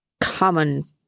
common